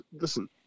listen